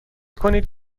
کنید